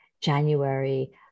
January